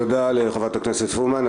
תודה לחברת הכנסת פרומן.